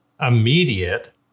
immediate